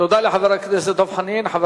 תודה לחבר הכנסת דב חנין.